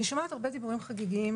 אני שומעת הרבה דיבורים חגיגיים,